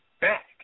back